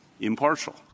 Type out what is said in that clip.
impartial